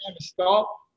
stop